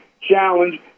challenge